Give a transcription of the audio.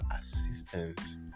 assistance